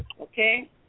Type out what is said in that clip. Okay